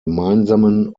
gemeinsamen